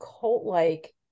cult-like